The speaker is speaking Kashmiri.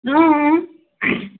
اۭں اۭں